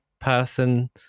person